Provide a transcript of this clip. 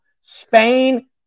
Spain